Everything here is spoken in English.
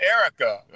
Erica